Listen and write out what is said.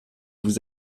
vous